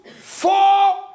four